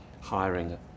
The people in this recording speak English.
hiring